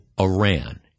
Iran